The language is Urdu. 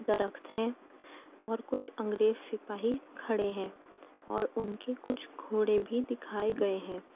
درخت ہیں اور کچھ انگریز سپاہی کھڑے ہیں اور ان کی کچھ گھوڑے بھی دکھائے گئے ہیں